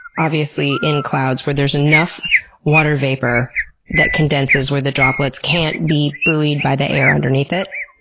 obviously, in clouds where there's enough water vapor that condenses where the droplets can't be buoyed by the air underneath it?